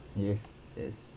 yes yes